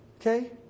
Okay